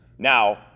Now